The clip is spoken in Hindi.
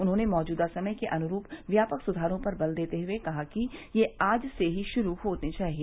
उन्होंने मौजूदा समय के अनुरूप व्यापक सुधारों पर बल देते हुए कहा कि ये आज से ही शुरू होने चाहिए